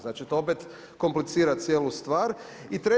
Znači to opet komplicira cijelu stvar.